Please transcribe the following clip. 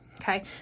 Okay